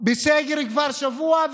בסגר כבר שבוע,